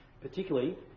Particularly